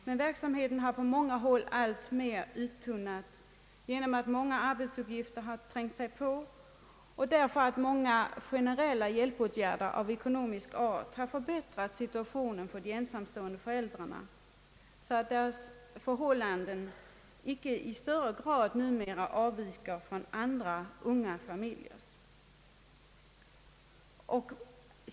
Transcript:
Men verksamheten har alltmer uttunnats genom att många arbetsuppgifter trängt sig på och därför att många hjälpmedel av ekonomisk art har förbättrat situationen för de ensamstående föräldrarna, så att deras förhållanden numera icke i högre grad avviker från andra unga familjers.